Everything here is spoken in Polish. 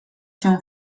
się